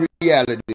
reality